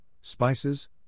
spices